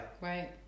Right